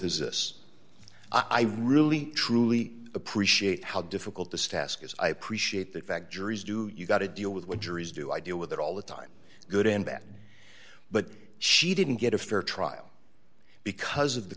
his this i really truly appreciate how difficult this task is i appreciate the fact juries do you got to deal with what juries do i deal with it all the time good and bad but she didn't get a fair trial because of the